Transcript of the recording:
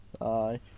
aye